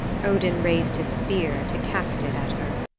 odin raised his spear to cast it at her.